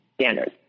standards